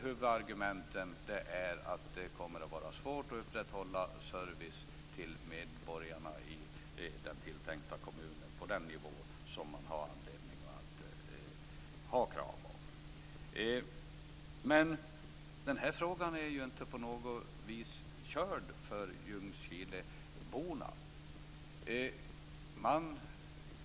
Huvudargumentet är att det kommer att bli svårt att upprätthålla service till medborgarna i den tilltänkta kommunen på den nivå som det finns anledning att kräva. Den här frågan är dock inte på något vis avfärdad för Ljungskileborna.